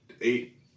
eight